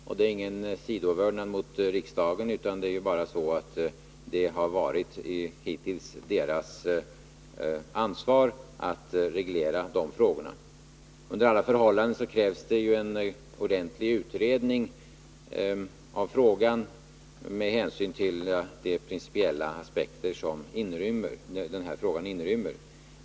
Det innebär ingen sidovördnad mot riksdagen, utan det är bara så att det hittills varit parternas ansvar att utreda dessa frågor. Under alla förhållanden krävs en ordentlig utredning av frågan med hänsyn till de principiella aspekter som den inrymmer.